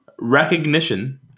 recognition